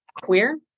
queer